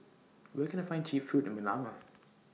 Where Can I get Cheap Food in Manama